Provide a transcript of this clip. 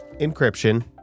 encryption